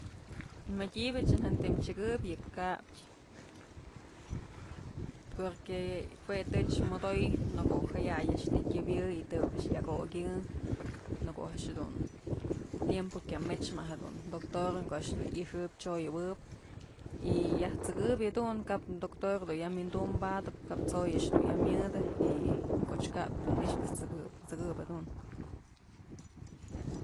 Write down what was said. Mëdyëbëch jatëm chëbyë yë kaytyë porque jue tëch modoy ko'o jaya'ay a'ax të tyëbyë y të ob a'ax yak okyë në ko'o a'ax jedun a tiempo kya mëch ma'a jedun doctorën ko'o a'ax dun i'ixëp chyoyëwëp y yaj t´sëbyë jedun kao doctor du'u ya'a windum badëp kap t'soy a'ax dun ya'a myëdë y koch kaytyë dun i'ixë pues t'sëp, t'sëkëp jedun.